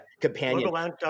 companion